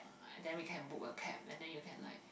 then we can book a cab then you can like